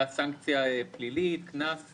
רשאית להוסיף טיסה משדה תעופה שאינו מצוין בתקנת משנה (ד)(2)